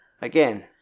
Again